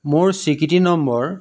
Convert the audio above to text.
মোৰ স্বীকৃতি নম্বৰ